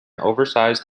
oversized